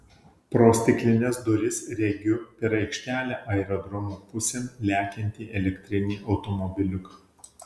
pro stiklines duris regiu per aikštelę aerodromo pusėn lekiantį elektrinį automobiliuką